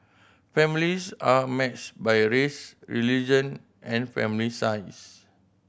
families are matched by race religion and family size